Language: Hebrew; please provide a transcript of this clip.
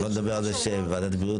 יש לי הערה מהזום,